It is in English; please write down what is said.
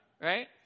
right